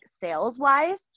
sales-wise